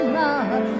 love